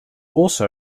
also